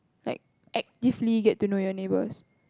like actively get to know your neighbours